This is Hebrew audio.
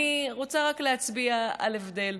אני רוצה רק להצביע על הבדל,